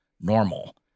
normal